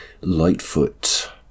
Lightfoot